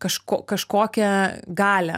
kažko kažkokią galią